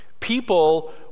People